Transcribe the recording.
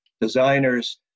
designers